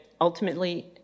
ultimately